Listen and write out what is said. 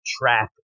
track